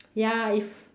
ya if